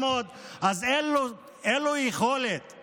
אז אין לו יכולת להיות